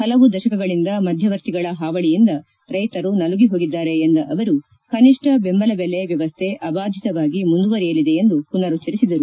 ಹಲವು ದಶಕಗಳಿಂದ ಮಧ್ಯವರ್ತಿಗಳ ಹಾವಳಿಯಿಂದ ರೈತರು ನಲುಗಿ ಹೋಗಿದ್ದಾರೆ ಎಂದ ಅವರು ಕನಿಷ್ನ ಬೆಂಬಲಬೆಲೆ ವ್ಲವಸ್ಥೆ ಅಬಾಧಿತವಾಗಿ ಮುಂದುವರೆಯಲಿದೆ ಎಂದು ಪುನರುಚ್ಚರಿಸಿದರು